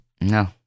No